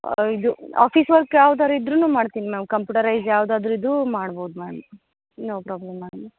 ಇದು office work ಯಾವ್ದಾರು ಇದ್ರೂ ಮಾಡ್ತೀನಿ ಮ್ಯಾಮ್ ಕಂಪ್ಯೂಟರೈಸ್ ಯಾವ್ದಾರು ಇದ್ದರೂ ಮಾಡ್ಬೌದು ಮ್ಯಾಮ್ ನೋ ಪ್ರಾಬ್ಲಮ್ ಮ್ಯಾಮ್